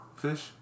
fish